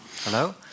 hello